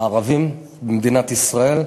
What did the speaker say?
הערבים במדינת ישראל.